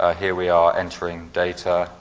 ah here we are entering data.